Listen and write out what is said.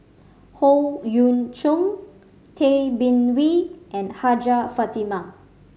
Howe Yoon Chong Tay Bin Wee and Hajjah Fatimah